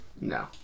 No